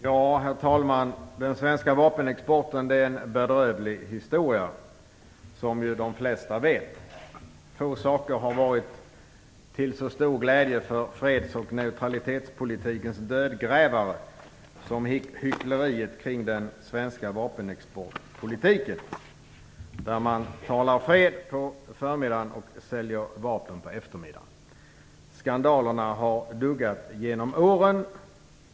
Herr talman! Den svenska vapenexporten är en bedrövlig historia, som de flesta vet. Få saker har varit till så stor glädje för freds och neutralitetspolitikens dödgrävare som hyckleriet kring den svenska vapenexportpolitiken, där man talar fred på förmiddagen och säljer vapen på eftermiddagen. Skandalerna har duggat genom åren.